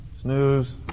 Snooze